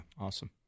awesome